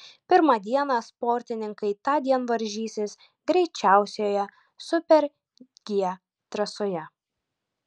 pirmą dieną sportininkai tądien varžysis greičiausioje super g trasoje